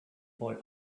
boy